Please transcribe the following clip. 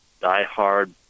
diehard